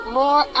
more